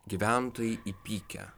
gyventojai įpykę